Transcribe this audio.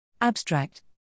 Abstract